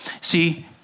See